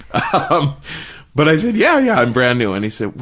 ah um but i said, yeah, yeah, i'm brand new. and he said, well,